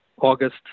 August